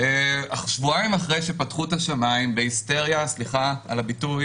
ושבועיים אחרי שפתחו את השמים בהיסטריה סליחה על הביטוי